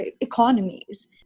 economies